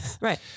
right